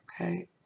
okay